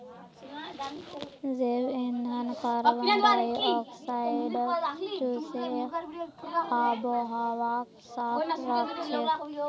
जैव ईंधन कार्बन डाई ऑक्साइडक चूसे आबोहवाक साफ राखछेक